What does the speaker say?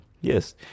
Yes